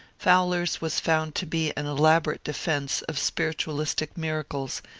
fowler's was found to be an elaborate defence of spiritualistic mirades,